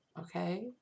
okay